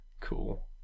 Cool